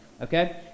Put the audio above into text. Okay